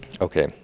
Okay